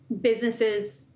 businesses